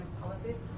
policies